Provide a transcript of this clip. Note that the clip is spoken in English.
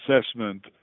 assessment